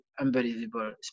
unbelievable